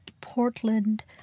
Portland